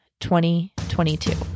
2022